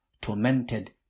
tormented